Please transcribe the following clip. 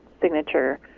signature